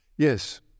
Yes